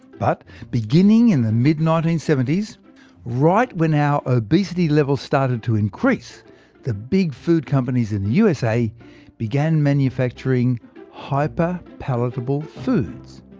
but beginning in the mid nineteen seventy s right when our obesity levels started to increase the big food companies in the usa began manufacturing hyperpalatable foods,